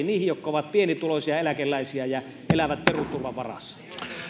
niihin jotka ovat pienituloisia eläkeläisiä ja elävät perusturvan varassa